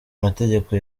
mategeko